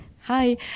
Hi